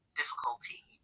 difficulty